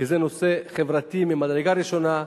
כי זה נושא חברתי ממדרגה ראשונה,